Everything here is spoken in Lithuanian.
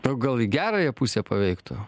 o gal į gerąją pusę paveiktų